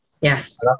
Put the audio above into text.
Yes